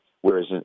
Whereas